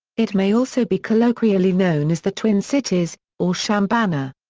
it may also be colloquially known as the twin cities or chambana.